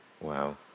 Wow